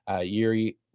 Yuri